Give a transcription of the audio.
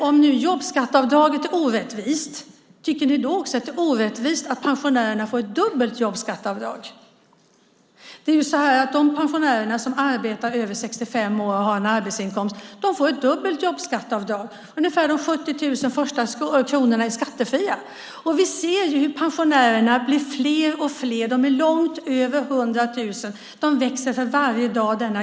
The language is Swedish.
Om jobbskatteavdraget är orättvist, tycker ni då också att det är orättvist att pensionärerna får ett dubbelt jobbskatteavdrag? De pensionärer som arbetar efter 65 får ett dubbelt jobbskatteavdrag. Ungefär de 70 000 första kronorna är skattefria. Vi ser hur pensionärerna blir fler och fler på arbetsmarknaden. De är långt över hundratusen.